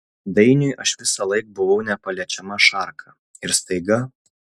dainiui aš visąlaik buvau nepaliečiama šarka ir staiga